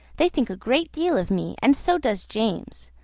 they think a great deal of me, and so does james.